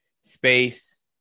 space